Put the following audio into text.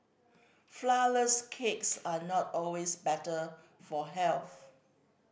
flourless cakes are not always better for health